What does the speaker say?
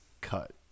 cut